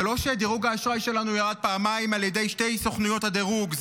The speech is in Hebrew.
זה לא שדירוג האשראי שלנו ירד פעמיים על ידי שתי סוכנויות הדירוג,